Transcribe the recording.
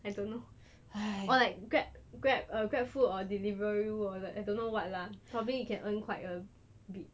I don't know or like grab grab uh grab food or delivery work I don't know what lah probably you can earn quite a bit